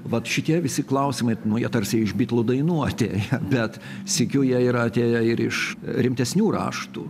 vat šitie visi klausimai nu jie tarsi iš bitlų dainų atėję bet sykiu jie yra atėję ir iš rimtesnių raštų